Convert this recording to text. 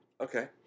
Okay